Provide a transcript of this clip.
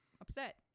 upset